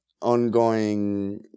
ongoing